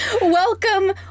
Welcome